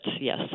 yes